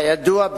כידוע,